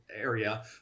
area